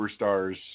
superstars